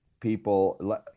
people